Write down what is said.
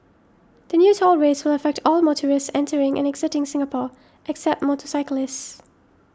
the new toll rates will affect all motorists entering and exiting Singapore except motorcyclists